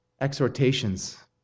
exhortations